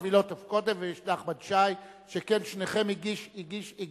אילטוב קודם, ואז נחמן שי, שכן שניכם הגשתם